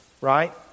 right